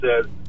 says